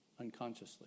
unconsciously